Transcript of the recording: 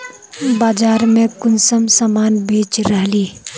बाजार में कुंसम सामान बेच रहली?